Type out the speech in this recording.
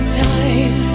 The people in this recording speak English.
time